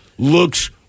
Looks